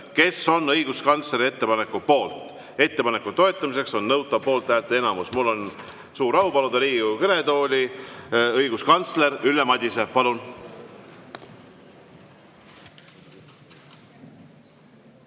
kes on õiguskantsleri ettepaneku poolt. Ettepaneku toetamiseks on nõutav poolthäälte enamus. Mul on suur au paluda Riigikogu kõnetooli õiguskantsler Ülle Madise. Palun!